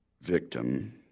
victim